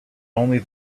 only